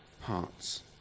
hearts